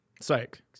Psych